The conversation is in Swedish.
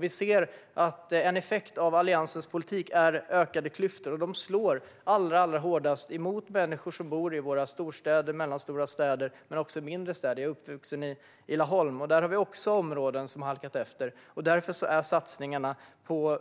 Vi ser att en effekt av Alliansens politik är ökade klyftor, vilket slår allra hårdast mot människor som bor i våra storstäder och mellanstora städer men också i mindre städer. Jag är uppvuxen i Laholm, och även där har vi områden som har halkat efter. Därför är satsningarna på